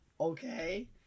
Okay